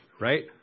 right